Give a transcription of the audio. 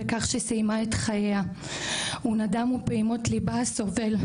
בכך שסיימה את חייה ונדמו פעימות ליבה הסובל,